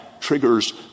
triggers